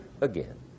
again